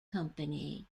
company